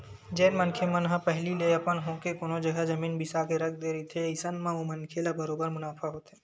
जेन मनखे मन ह पहिली ले अपन होके कोनो जघा जमीन बिसा के रख दे रहिथे अइसन म ओ मनखे ल बरोबर मुनाफा होथे